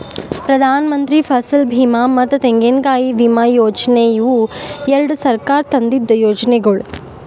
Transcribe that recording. ಪ್ರಧಾನಮಂತ್ರಿ ಫಸಲ್ ಬೀಮಾ ಮತ್ತ ತೆಂಗಿನಕಾಯಿ ವಿಮಾ ಯೋಜನೆ ಇವು ಎರಡು ಸರ್ಕಾರ ತಂದಿದ್ದು ಯೋಜನೆಗೊಳ್